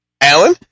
Alan